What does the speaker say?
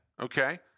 Okay